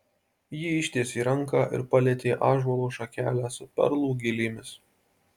ji ištiesė ranką ir palietė ąžuolo šakelę su perlų gilėmis